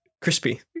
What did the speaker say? Crispy